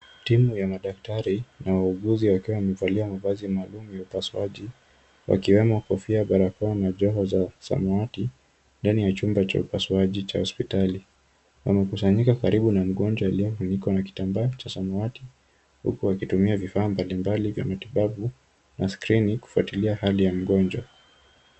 Timu ya madaktari, na wauguzi wakiwa wamevalia mavazi maalum ya upaswaji, wakiwemo kofia, barakoa na joho za msamiati, ndani ya chumba cha upasuaji cha hospitali. Wamekusanyika karibu na mgonjwa aliyefunikwa na kitambaa cha samawati, huku wakitumia vifaa mbalimbali vya matibabu na skrini kufuatilia hali ya mgonjwa.